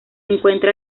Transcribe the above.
encuentra